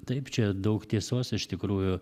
taip čia daug tiesos iš tikrųjų